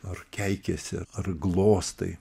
ar keikiesi ar glostai